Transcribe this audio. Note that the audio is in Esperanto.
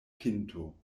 pinto